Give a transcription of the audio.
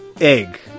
egg